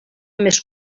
més